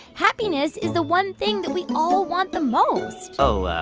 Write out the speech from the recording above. happiness is the one thing that we all want the most. oh.